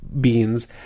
beans